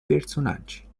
personaggi